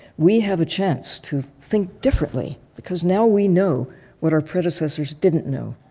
we have a chance to think differently because now we know what our predecessors didn't know,